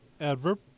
Adverb